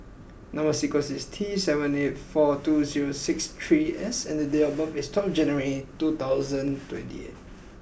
number sequence is T seven eight four two zero six three S and date of birth is twelve January two thousand twenty eight